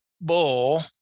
bull